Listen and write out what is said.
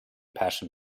passion